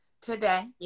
today